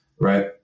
right